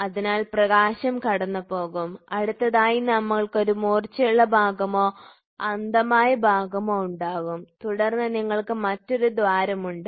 അതിനാൽ പ്രകാശം കടന്നുപോകും അടുത്തതായി നിങ്ങൾക്ക് ഒരു മൂർച്ചയുള്ള ഭാഗമോ അന്ധമായ ഭാഗമോ ഉണ്ടാകും തുടർന്ന് നിങ്ങൾക്ക് മറ്റൊരു ദ്വാരം ഉണ്ട്